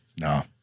No